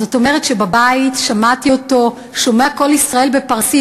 זאת אומרת שבבית שמעתי אותו שומע "קול ישראל" בפרסית,